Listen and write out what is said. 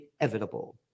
inevitable